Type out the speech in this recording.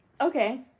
okay